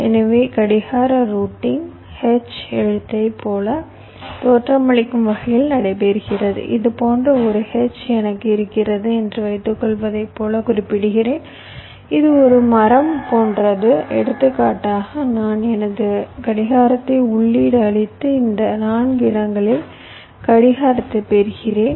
எனவே கடிகார routing H எழுத்தைப் போல தோற்றமளிக்கும் வகையில் நடைபெறுகிறது இது போன்ற ஒரு H எனக்கு இருக்கிறது என்று வைத்துக்கொள்வதைப் போல குறிப்பிடுகிறேன் இது ஒரு மரம் போன்றது எடுத்துக்காட்டாக நான் எனது கடிகாரத்தை உள்ளீடு அளித்து இந்த 4 இடங்களில் கடிகாரத்தைப் பெறுகிறேன்